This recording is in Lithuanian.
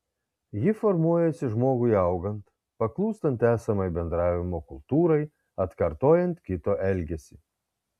ji formuojasi žmogui augant paklūstant esamai bendravimo kultūrai atkartojant kito elgesį